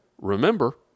Remember